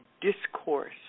discourse